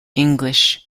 english